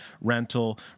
rental